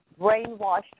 brainwashed